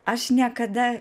aš niekada